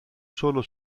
solo